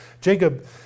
Jacob